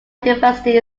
university